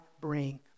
bring